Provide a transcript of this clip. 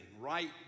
right